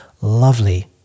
Lovely